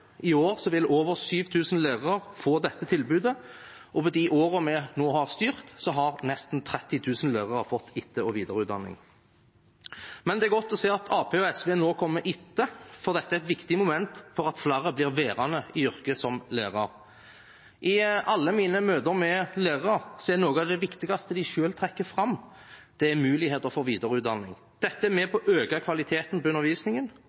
I år vil over 7 000 lærere få dette tilbudet, og i de årene vi nå har styrt, har nesten 30 000 lærere fått etter- og videreutdanning. Det er godt å se at Arbeiderpartiet og SV nå kommer etter, for dette er et viktig moment for at flere blir værende i yrket som lærer. I alle mine møter med lærere er noe av det viktigste de selv trekker fram, muligheter for videreutdanning. Dette er med på å øke kvaliteten på undervisningen,